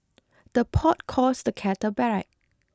the pot calls the kettle black